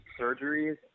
surgeries